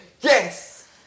Yes